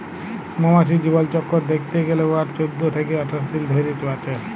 মমাছির জীবলচক্কর দ্যাইখতে গ্যালে উয়ারা চোদ্দ থ্যাইকে আঠাশ দিল ধইরে বাঁচে